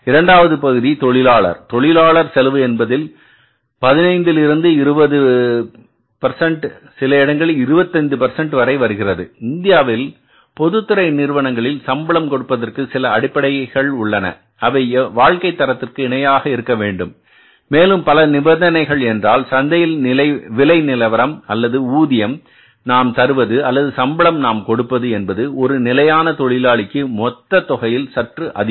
இரண்டாவது பகுதி தொழிலாளர் தொழிலாளர் செலவு என்பது பதினைந்தில் இருந்து 20 சில இடங்களில் 25 வருகிறது இந்தியாவில் பொதுத்துறை நிறுவனங்களில் சம்பளம் கொடுப்பதற்கு சில அடிப்படைகள் உள்ளன அவை வாழ்க்கை தரத்திற்கு இணையாக இருக்க வேண்டும் மேலும் பல நிபந்தனைகள் என்றால் சந்தையில் விலை நிலவரம் அல்லது ஊதியம் நாம் தருவது அல்லது சம்பளம் நாம் கொடுப்பது என்பது ஒரு நிலையான தொழிலாளிக்கு மொத்த தொகையில் சற்று அதிகம்